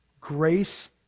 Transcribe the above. Grace